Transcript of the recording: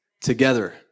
together